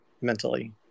mentally